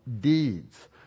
deeds